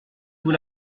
vous